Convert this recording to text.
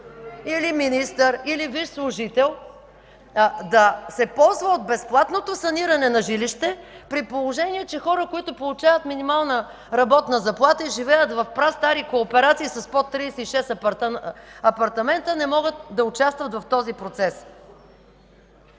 или министър, или висш служител да се ползва от безплатното саниране на жилище, при положение че хора, които получават минимална работна заплата и живеят в прастари кооперации с под 36 апартамента, не могат да участват в този процес?